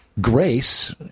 grace